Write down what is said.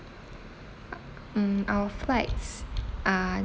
mm our flights are